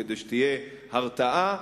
כדי שתהיה הרתעה,